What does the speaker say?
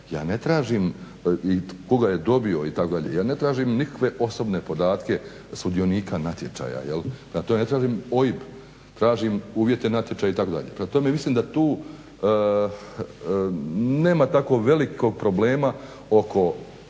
ja ne tražim nikakve osobne podatke sudionika natječaja. Prema tome, ne tražim OIB, tražim uvjete natječaja itd. Prema tome, mislim da tu nema tako velikog problema oko